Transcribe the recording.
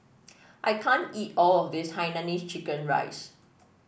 I can't eat all of this Hainanese Chicken Rice